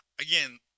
again